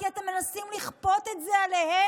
כי אתם מנסים לכפות את זה עליהם.